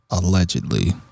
Allegedly